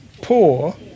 poor